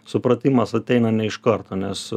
supratimas ateina ne iš karto nes